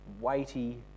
weighty